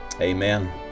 Amen